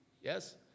Yes